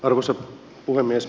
arvoisa puhemies